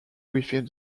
within